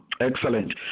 Excellent